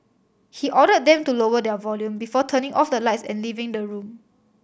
he ordered them to lower their volume before turning off the lights and leaving the room